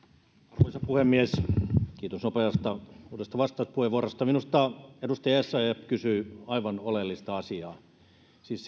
arvoisa puhemies kiitos nopeasta uudesta vastauspuheenvuorosta minusta edustaja essayah kysyi aivan oleellista asiaa siis